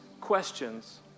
questions